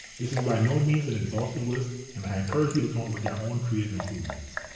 this is by no means an exhaustive list and i encourage you to come up with your own creative improvements.